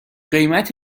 قیمت